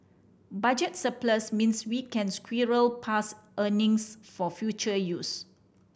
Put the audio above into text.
budget surplus means we can squirrel past earnings for future use